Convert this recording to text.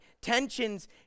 tensions